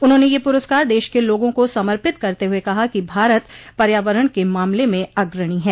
उन्होंने यह प्रस्कार देश के लोगों को समर्पित करते हुए कहा कि भारत पर्यावरण के मामले में अग्रणी है